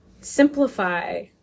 simplify